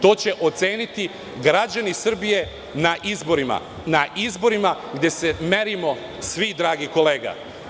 To će oceniti građani Srbije na izborima, na izborima gde se merimo svi, dragi kolega.